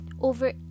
Over